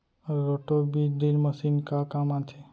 Roto बीज drill machine का काम आथे?